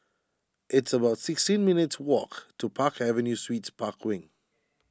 it's about sixteen minutes' walk to Park Avenue Suites Park Wing